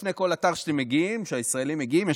לפני כל אתר שהישראלים מגיעים אליו,